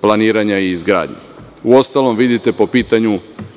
planiranja i izgradnje. Uostalom, vidite da po pitanju